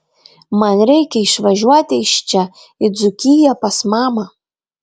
man reikia išvažiuoti iš čia į dzūkiją pas mamą